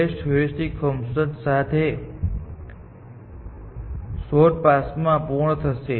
શ્રેષ્ઠ heuristic function સાથે શોધ પાસમાં પૂર્ણ થશે